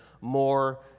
more